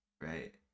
Right